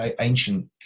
ancient